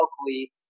locally